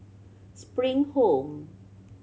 Spring Home